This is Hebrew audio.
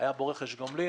היה בו רכש גומלין.